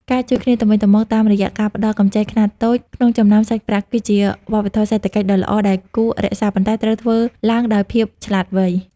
ការជួយគ្នាទៅវិញទៅមកតាមរយៈការផ្ដល់កម្ចីខ្នាតតូចក្នុងចំណោមសាច់ញាតិ គឺជា "វប្បធម៌សេដ្ឋកិច្ច" ដ៏ល្អដែលគួររក្សា ប៉ុន្តែត្រូវធ្វើឡើងដោយភាពឆ្លាតវៃ។